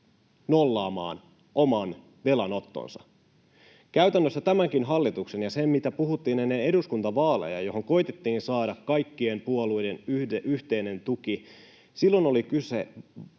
nollaamaan oman velanottonsa. Käytännössä tämä koskee tätäkin hallitusta ja sitä, mistä puhuttiin ennen eduskuntavaaleja ja johon koetettiin saada kaikkien puolueiden yhteinen tuki. Silloin oli kyse